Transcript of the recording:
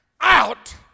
out